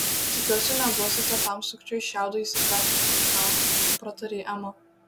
tikiuosi neduosite tam sukčiui šiaudo įsitverti ką pratarė ema